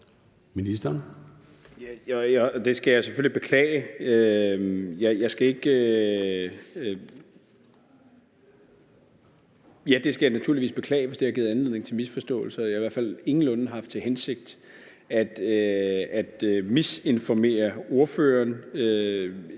jeg skal naturligvis beklage, hvis det har givet anledning til misforståelser. Jeg har i hvert fald ingenlunde haft til hensigt at misinformere ordføreren.